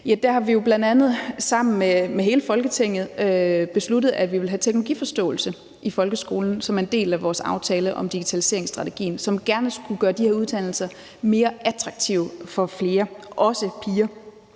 Der har vi jo bl.a. sammen med hele Folketinget besluttet, at vi vil have teknologiforståelse i folkeskolen, som en del af vores aftale om digitaliseringsstrategien. Det skulle gerne gøre de her uddannelser mere attraktive for flere, også piger.